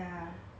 ya like